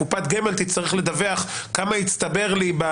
תצטרך לדווח כמה הצטבר לי.